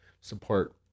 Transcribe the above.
Support